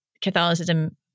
Catholicism